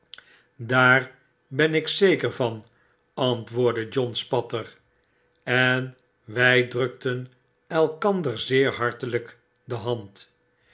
duar ben ik zeker van antwoordde john spatter en wy drukten elkander zeer hartelyk de hand